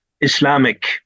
Islamic